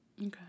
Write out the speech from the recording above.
okay